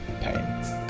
pain